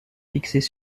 fixées